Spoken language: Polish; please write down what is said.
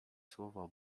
słowo